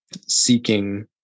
seeking